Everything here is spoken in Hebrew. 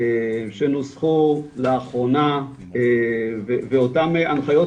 שנוסחו לאחרונה ואותם הנחיות,